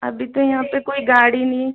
अभी तो यहाँ पर कोई गाड़ी नहीं